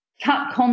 cut